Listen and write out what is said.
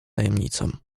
tajemnicą